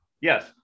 Yes